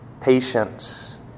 Patience